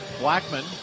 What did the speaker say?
Blackman